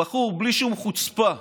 הבחור, בלי שום, בחוצפה,